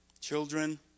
children